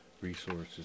resources